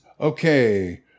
Okay